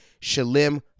Shalim